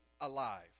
alive